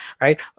right